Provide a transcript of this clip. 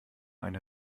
eine